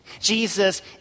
Jesus